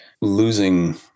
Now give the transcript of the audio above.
losing